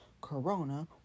corona